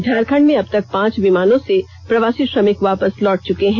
झारखंड में अब तक पांच विमानों से प्रवासी श्रमिक वापस लौट चुके है